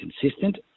consistent